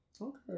Okay